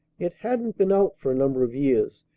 it hadn't been out for a number of years,